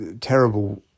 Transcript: terrible